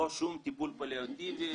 לא שום טיפול פליאטיבי,